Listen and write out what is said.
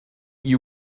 you